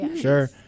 sure